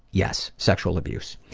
yes, sexual abuse.